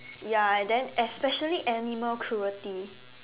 ya and then especially animal cruelty